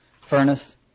furnace